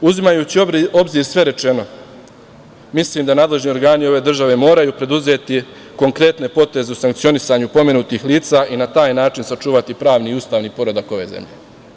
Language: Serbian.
Uzimajući u obzir sve rečeno, mislim da nadležni organi ove države moraju preduzeti konkretne poteze u sankcionisanju pomenutih lica i na taj način sačuvati pravni i ustavni poredak ove zemlje.